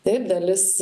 taip dalis